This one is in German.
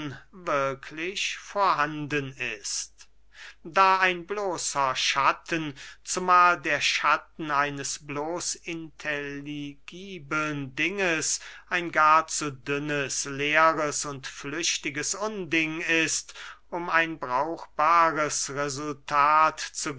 wirklich vorhanden ist da ein bloßer schatten zumahl der schatten eines bloß intelligibeln dinges ein gar zu dünnes leeres und flüchtiges unding ist um ein brauchbares resultat zu